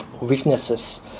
weaknesses